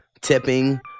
tipping